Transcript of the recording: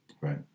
Right